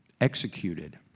executed